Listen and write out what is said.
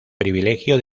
privilegio